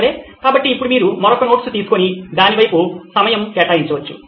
సరే కాబట్టి ఇప్పుడు మీరు మరొక నోట్స్ తీసుకొని దాని వైపు సమయం కేటాయించవచ్చు